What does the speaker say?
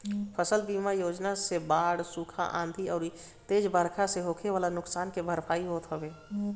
फसल बीमा योजना से बाढ़, सुखा, आंधी अउरी तेज बरखा से होखे वाला नुकसान के भरपाई होत हवे